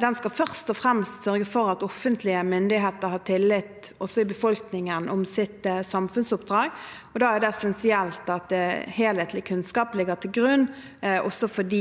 Den skal først og fremst sørge for at offentlige myndigheter har tillit også i befolkningen for sitt samfunnsoppdrag. Da er det essensielt at helhetlig kunnskap ligger til grunn, også fordi